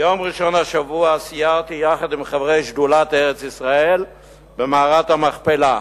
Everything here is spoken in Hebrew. ביום ראשון השבוע סיירתי יחד עם חברי שדולת ארץ-ישראל במערת המכפלה.